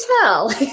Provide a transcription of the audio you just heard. tell